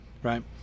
Right